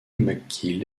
mcgill